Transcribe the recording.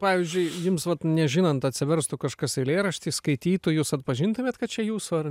pavyzdžiui jums vat nežinant atsiverstų kažkas eilėraštį skaitytų jūs atpažintumėt kad čia jūsų ar